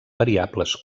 variables